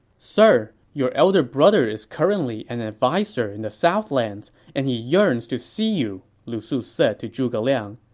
sir, your elder brother is currently an adviser in the southlands and he yearns to see you, lu su said to zhuge liang.